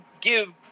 give